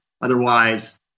otherwise